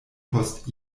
post